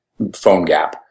PhoneGap